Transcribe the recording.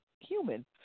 human